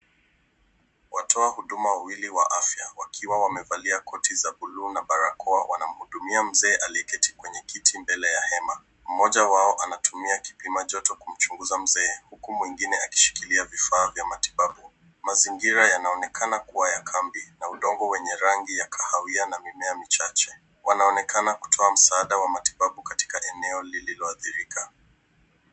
Watoa huduma wawili wa afya wakiwa wamevalia koti za buluu na barakoa wanamhudumia mzee aliyeketi kwenye kiti mbele ya hema. Mmoja wao anatumia kipima joto kumchunguza mzee huku mwingine akishikilia vifaa vya matibabu. Mazingira yanaonekana kuwa ya kambi, na udongo wenye rangi ya kahawia na mimea michache. Wanaonekana kutoka msaada wa matibabu katika eneo lililoathirika.